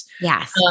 Yes